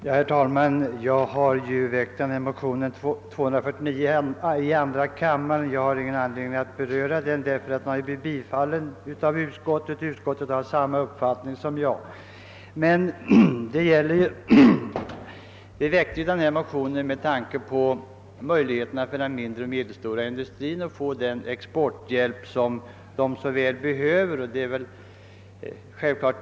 Herr talman! Jag har väckt motionen II: 249 och eftersom utskottet varit av samma uppfattning som jag och tillstyrkt motionen, har jag egentligen ingen anledning att yttra mig över den. Motionen väcktes med tanke på den mindre och den medelstora industrins möjligheter att få den exporthjälp som dessa industrier så väl behöver.